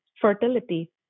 fertility